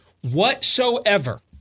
whatsoever